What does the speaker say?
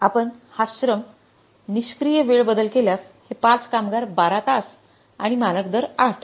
आपण हा श्रम निष्क्रिय वेळ बदल केल्यास हे 5 कामगार 12 तास आणि मानक दर 8